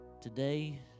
Today